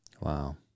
wow